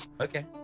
okay